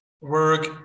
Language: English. work